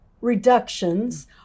reductions